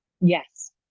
yes